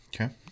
okay